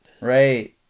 Right